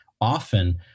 Often